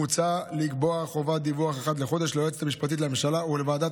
מוצע לקבוע חובת דיווח אחת לחודש ליועצת המשפטית לממשלה ולוועדת